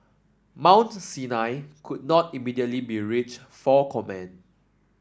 Mount Sinai could not immediately be reached for comment